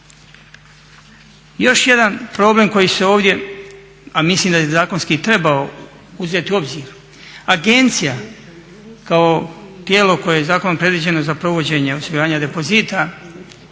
Još jedan problem koji se ovdje, a mislim da je zakonski trebalo uzeti u obzir, agencija kao tijelo koje je zakonom predviđeno za provođenje osiguranja depozita